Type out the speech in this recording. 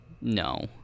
No